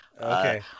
Okay